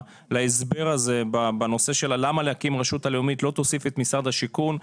בנושא של למה להקים רשות לאומית לא תוסיף את משרד השיכון,